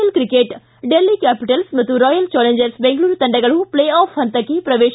L cricket Delhi capitals ಮತ್ತು royal challengers Bengaluru ತಂಡಗಳು play off ಹಂತಕ್ಕೆ ಪ್ರವೇಶ